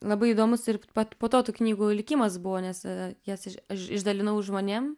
labai įdomus ir po to tų knygų likimas buvo nes jas aš išdalinau žmonėm